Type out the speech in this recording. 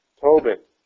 Tobit